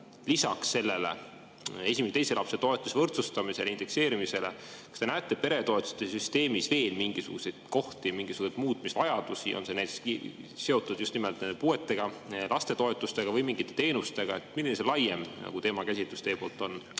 lisaks sellele esimese ja teise lapse toetuse võrdsustamisele ja indekseerimisele te näete peretoetuste süsteemis veel mingisuguseid kohti, mingisuguseid muutmise vajadusi? On see näiteks seotud just nimelt puuetega laste toetustega või mingite teenustega? Milline see laiem teemakäsitlus teil on?